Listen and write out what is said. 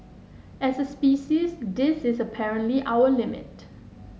as a species this is apparently our limit